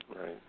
Right